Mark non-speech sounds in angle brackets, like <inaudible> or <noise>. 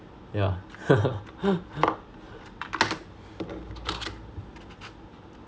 yeah <laughs> <noise>